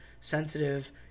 sensitive